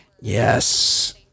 yes